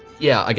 yeah, like